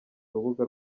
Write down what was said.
urubuga